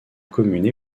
commune